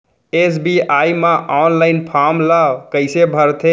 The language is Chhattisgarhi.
एस.बी.आई म ऑनलाइन फॉर्म ल कइसे भरथे?